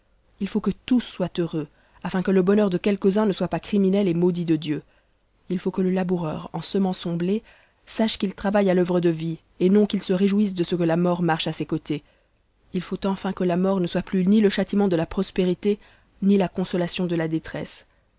il faut que tous soient heureux afin que le bonheur de quelques-uns ne soit pas criminel et maudit de dieu il faut que le laboureur en semant son blé sache qu'il travaille à l'uvre de vie et non qu'il se réjouisse de ce que la mort marche à ses côtés il faut enfin que la mort ne soit plus ni le châtiment de la prospérité ni la consolation de la détresse